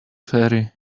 ferry